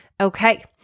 Okay